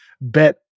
bet